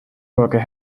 worker